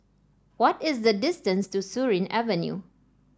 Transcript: what is the distance to Surin Avenue